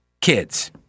kids